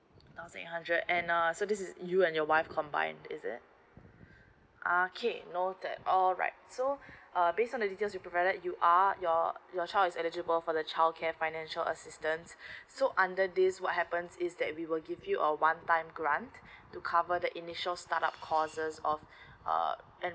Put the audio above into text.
thousand eight hundred and uh so this is you and your wife combined is it ah k noted alright so based on the details just you provided you are your your child is eligible for the childcare financial assistance so under this what happens is that we will give you a one time grant to cover the initial startup cost of uh